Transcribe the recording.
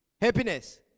Happiness